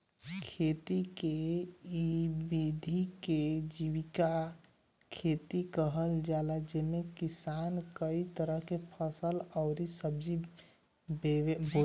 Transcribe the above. खेती के इ विधि के जीविका खेती कहल जाला जेमे किसान कई तरह के फसल अउरी सब्जी बोएला